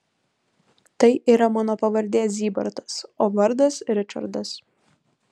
tai yra mano pavardė zybartas o vardas ričardas